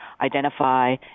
identify